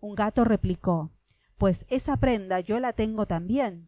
un gato replicó pues esa prenda yo la tengo también